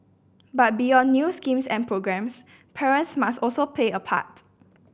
but beyond new schemes and programmes parents must also play a part